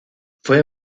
fue